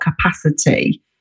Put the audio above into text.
capacity